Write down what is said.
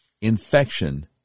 infection